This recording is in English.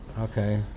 Okay